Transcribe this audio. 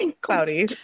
cloudy